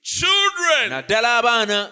children